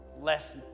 Less